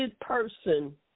person